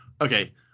okay